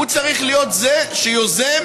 חלילה, והוא צריך להיות זה שיוזם